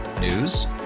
News